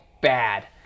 bad